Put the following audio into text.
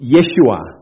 Yeshua